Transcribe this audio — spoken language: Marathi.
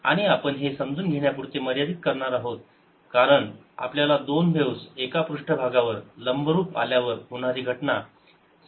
आणि आपण हे समजून घेण्यापुरते मर्यादित करणार आहोत कारण आपल्याला दोन व्हेव्स एका पृष्ठभागावर लंबरूप आल्यावर होणारी घटना समजून घ्यायची आहे